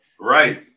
Right